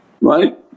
right